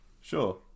Sure